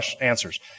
answers